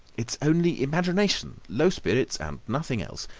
it's only imagination. low spirits and nothing else.